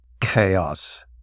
chaos